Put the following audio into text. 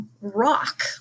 rock